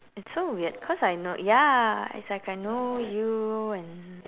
it's so weird cause I know ya it's like I know you and